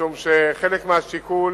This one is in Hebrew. משום שחלק מהשיקול